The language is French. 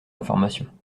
d’information